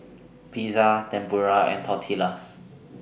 Pizza Tempura and Tortillas